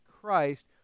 Christ